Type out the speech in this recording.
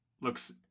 looks